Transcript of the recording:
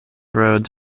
roads